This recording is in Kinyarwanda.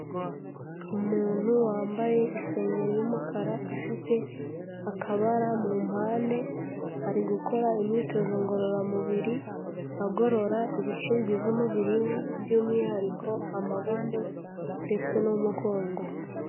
Umuntu wambaye isengeri y'umukara ifite akabara mu mpande, ari gukora imyitozo ngororamubiri, agorora ibice bigize umubiri we by'umwihariko amaboko ndetse n'umugongo.